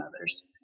others